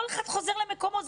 כל אחד חוזר למקומו,